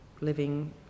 living